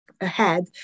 ahead